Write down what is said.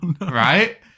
Right